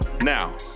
Now